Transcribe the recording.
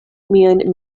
miajn